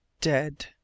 dead